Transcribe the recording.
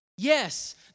Yes